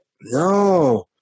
no